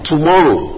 Tomorrow